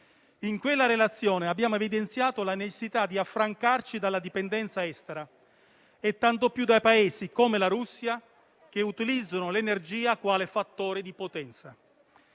In quella relazione abbiamo evidenziato la necessità di affrancarci dalla dipendenza estera, tanto più da Paesi come la Russia, che utilizzano l'energia quale fattore di potenza.